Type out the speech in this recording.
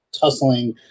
tussling